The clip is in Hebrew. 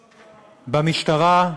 במשטרה,